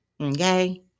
Okay